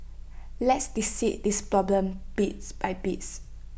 let's dissect this problem piece by piece